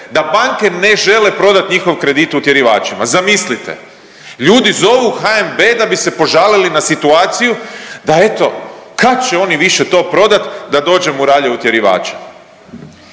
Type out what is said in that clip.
da banke ne žele prodati njihov kredit utjerivačima. Zamislite? Ljudi zovu HNB da bi se požalili na situaciju, da eto kad će oni više to prodati da dođemo u ralje utjerivača.